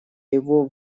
его